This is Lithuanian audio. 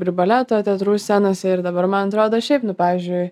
ir baleto teatrų scenose ir dabar man atrodo šiaip nu pavyzdžiui